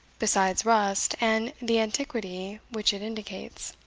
besides rust and the antiquity which it indicates.